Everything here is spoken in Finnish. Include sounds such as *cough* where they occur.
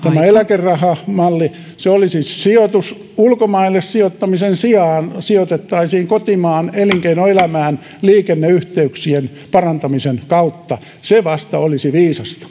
eläkerahamalli se olisi siis sijoitus ulkomaille sijoittamisen sijaan sijoitettaisiin kotimaan elinkeinoelämään liikenneyhteyksien parantamisen kautta se vasta olisi viisasta *unintelligible*